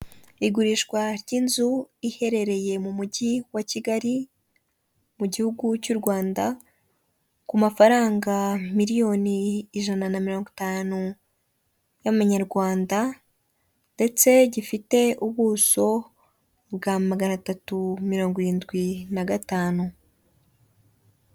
Igurishwa ry'inzu iherereye mu mujyi wa Kigali mu gihugu cy'u Rwanda ku mafaranga miliyoni ijana na mirongo itanu y'Amanyarwanda ndetse gifite ubuso bwa magana atatu mirongo iwirindwi na gatanu.